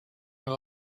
that